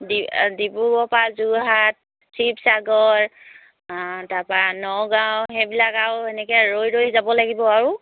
ডিব্ৰুগড়ৰপৰা যোৰহাট শিৱসাগৰ তাৰপৰা নগাঁও সেইবিলাক আৰু এনেকৈ ৰৈ ৰৈ যাব লাগিব আৰু